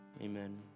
Amen